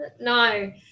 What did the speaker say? No